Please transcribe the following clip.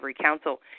Council